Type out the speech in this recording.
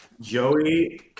Joey